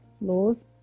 laws